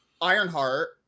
Ironheart